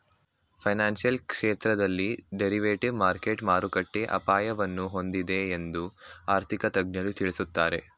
financial ಕ್ಷೇತ್ರದಲ್ಲಿ derivative market ಮಾರುಕಟ್ಟೆಯ ಅಪಾಯವನ್ನು ಹೊಂದಿದೆ ಎಂದು ಆರ್ಥಿಕ ತಜ್ಞರು ತಿಳಿಸುತ್ತಾರೆ